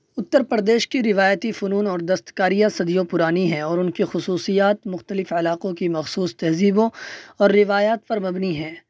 اتر پردیش کی روایتی فنون اور دست کاریاں صدیوں پرانی ہیں اور ان کی خصوصیات مختلف علاقوں کی مخصوص تہذیبوں اور روایات پر مبنی ہیں